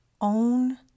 own